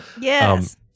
Yes